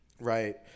right